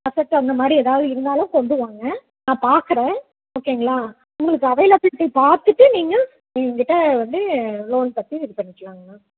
asset அந்தமாதிரி எதாவது இருந்தாலும் கொண்டு வாங்க நான் பார்க்கறேன் ஓகேங்களா உங்களுக்கு அவைலபிளிட்டி பார்த்துட்டு நீங்கள் என்கிட்ட வந்து லோன் பற்றி இது பண்ணிக்கலாங்க மேம்